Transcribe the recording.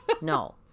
No